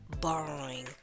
borrowing